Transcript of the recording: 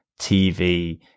TV